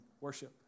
worship